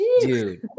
dude